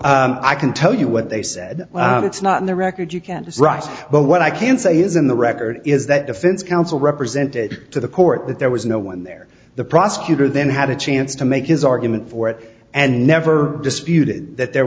record i can tell you what they said it's not in the record you can write but what i can say is in the record is that defense counsel represented to the court that there was no one there the prosecutor then had a chance to make his argument for it and never disputed that there